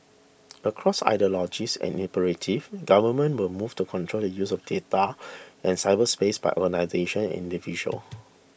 across ideologies and imperatives governments will move to control the use of data and cyberspace by organisations and individuals